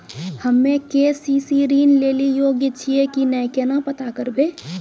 हम्मे के.सी.सी ऋण लेली योग्य छियै की नैय केना पता करबै?